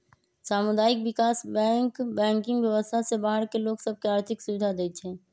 सामुदायिक विकास bank banking व्यवस्था से बाहर के लोग सभ के आर्थिक सुभिधा देँइ छै